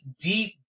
deep